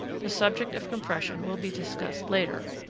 the subject of compression will be discussed later.